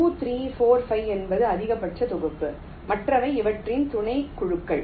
2 3 4 5 என்பது அதிகபட்ச தொகுப்பு மற்றவை இவற்றின் துணைக்குழுக்கள்